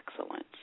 excellence